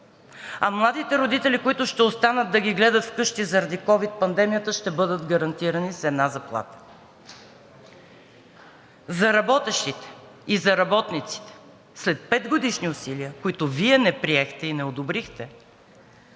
а младите родители, които ще останат да ги гледат вкъщи заради ковид пандемията, ще бъдат гарантирани с една заплата. За работещите и за работниците, след петгодишни усилия, които Вие не приехте и не одобрихте,